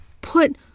put